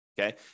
okay